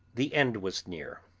the end was near.